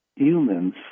Humans